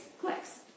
clicks